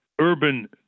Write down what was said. urban